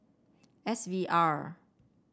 S V R